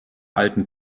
alten